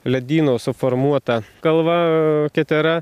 ledyno suformuota kalva ketera